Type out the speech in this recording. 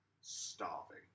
starving